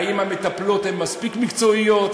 האם המטפלות הן מספיק מקצועיות?